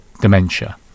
dementia